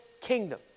kingdom